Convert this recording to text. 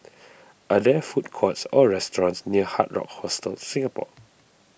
are there food courts or restaurants near Hard Rock Hostel Singapore